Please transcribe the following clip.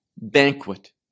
Banquet